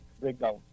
breakdown